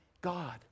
God